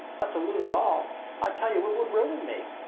but to lose it all i tell you it would ruin me!